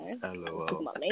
hello